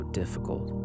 difficult